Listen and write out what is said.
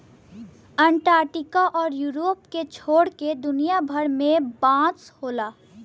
Antarctica आउर Europe के छोड़ के दुनिया भर में बांस होला